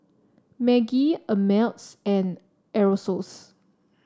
Maggi Ameltz and Aerosoles